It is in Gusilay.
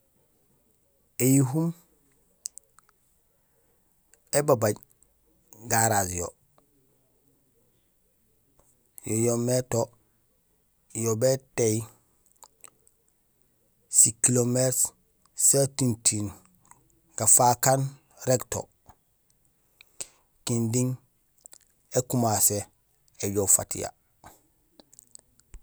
Éyihum ébabaaj garage yo, yo yoomé to yo bétééy si kilometre sa tintiiŋ gafaak aan rég to kindi ékumasé éjoow fatiya.